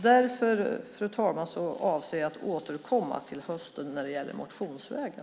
Därför, fru talman, avser jag att återkomma till hösten motionsvägen.